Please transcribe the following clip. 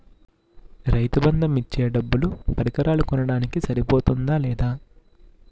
రైతు బందు ఇచ్చే డబ్బులు పరికరాలు కొనడానికి సరిపోతుందా లేదా?